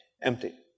empty